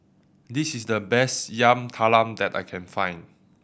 this is the best Yam Talam that I can find